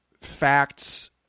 facts